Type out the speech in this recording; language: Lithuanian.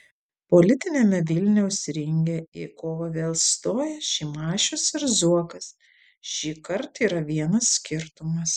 politiniame vilniaus ringe į kovą vėl stoja šimašius ir zuokas šįkart yra vienas skirtumas